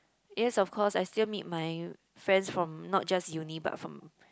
yes of course I still meet my friends from not just uni but from